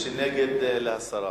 ומי שנגד, זה הסרה.